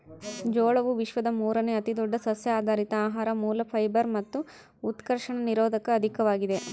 ಜೋಳವು ವಿಶ್ವದ ಮೂರುನೇ ಅತಿದೊಡ್ಡ ಸಸ್ಯಆಧಾರಿತ ಆಹಾರ ಮೂಲ ಫೈಬರ್ ಮತ್ತು ಉತ್ಕರ್ಷಣ ನಿರೋಧಕ ಅಧಿಕವಾಗಿದೆ